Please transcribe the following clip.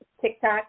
TikTok